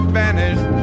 vanished